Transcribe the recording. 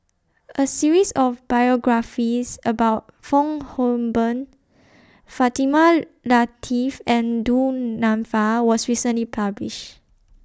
A series of biographies about Fong Hoe Beng Fatimah Lateef and Du Nanfa was recently published